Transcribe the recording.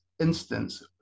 instance